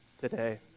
today